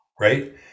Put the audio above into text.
right